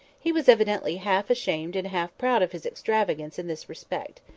he was evidently half ashamed and half proud of his extravagance in this respect.